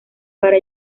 para